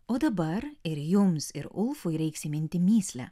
o dabar ir jums ir ulfui reiks įminti mįslę